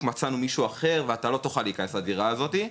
אנחנו בדיוק מצאנו מישהו אחר ואתה לא תוכל להיכנס לדירה הזאתי".